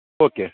okay